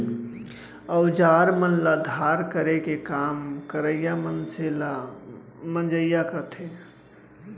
अउजार मन ल धार करे के काम करइया मनसे ल मंजइया कथें